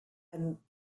and